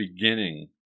beginning